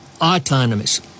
autonomous